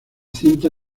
cinta